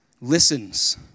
listens